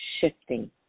shifting